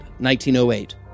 1908